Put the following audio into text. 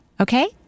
Okay